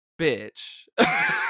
bitch